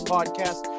Podcast